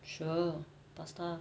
sure pasta